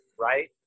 right